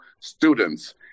students